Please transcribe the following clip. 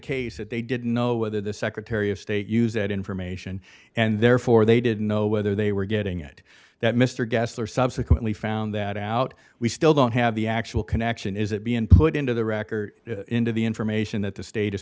case that they didn't know whether the secretary of state use that information and therefore they didn't know whether they were getting it that mr gessler subsequently found that out we still don't have the actual connection is that being put into the record into the information that the state is